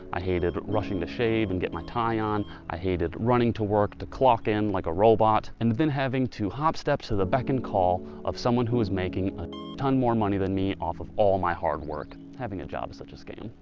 i hated rushing to shave and get my tie on. i hated running to work, to clock-in like a robot, and then having to hop steps to the beck and call of someone who was making a ton more money than me off of all my hard work. having a job as such a scam.